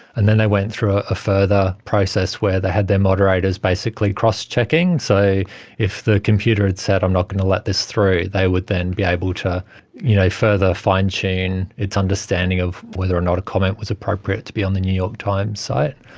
and then they went through a ah further process where they had their moderators basically crosschecking. so if the computer had said i'm not going to let this through, they would then be able to you know further fine-tune its understanding of whether or not a comment was appropriate to be on the new york times site.